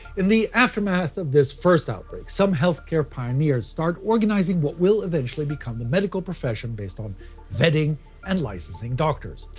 in the aftermath of this first outbreak some health care pioneers start organizing what will eventually become the medical profession based on vetting and licensing doctors.